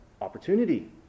opportunity